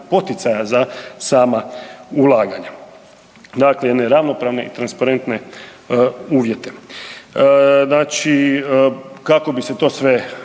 poticaja za sama ulaganja. Dakle, jedne ravnopravne i transparentne uvjete. Kako bi se to sve